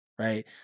right